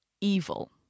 evil